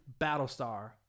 Battlestar